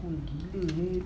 gila eh